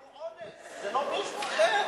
שעברו אונס, לא משהו אחר.